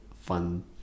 fun